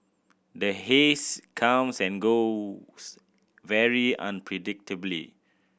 the haze comes and goes very unpredictably